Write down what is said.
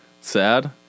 sad